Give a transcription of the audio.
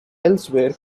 elsewhere